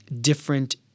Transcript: different